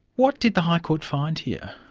what did the high court find here?